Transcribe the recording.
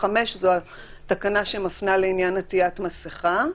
5 זו התקנה שמפנה לעניין עטיית מסכה.